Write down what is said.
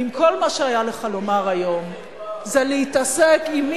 אם כל מה שהיה לך לומר היום זה להתעסק עם,